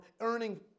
earning